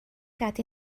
gad